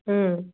ꯎꯝ